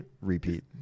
repeat